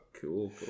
cool